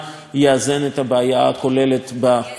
את הבעיה הכוללת במפרץ.